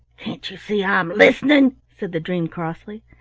can't you see i'm listening? said the dream crossly.